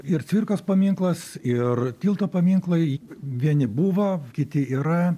ir cvirkos paminklas ir tilto paminklai vieni buvo kiti yra